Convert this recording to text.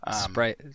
sprite